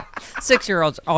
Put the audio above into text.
six-year-olds